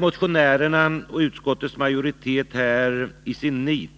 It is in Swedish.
Motionärerna och utskottets majoritet har här i sitt nit